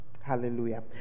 Hallelujah